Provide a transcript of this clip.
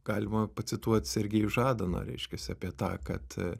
galima pacituot sergejų žadaną reiškiasi apie tą kad